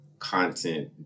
Content